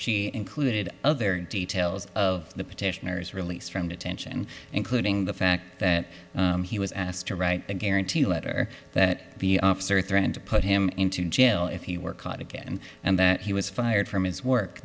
she included other details of the petitioners released from detention including the fact that he was asked to write a guarantee letter that officer threatened to put him into jail if he were caught again and that he was fired from his work